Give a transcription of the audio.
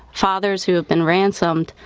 fathers who have been ransomed.